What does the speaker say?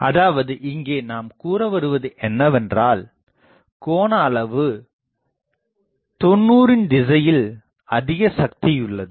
அதாவது இங்கே நாம் கூறவருவது என்னவென்றால் கோண அளவு 90 இன் திசையில் அதிக சக்தியுள்ளது